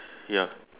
ya